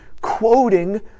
quoting